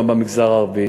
גם במגזר הערבי.